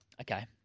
Okay